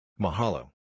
Mahalo